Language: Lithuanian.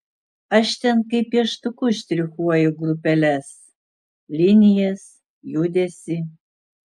aš ten kaip pieštuku štrichuoju grupeles linijas judesį